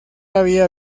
había